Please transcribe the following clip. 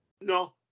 No